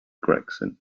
gregson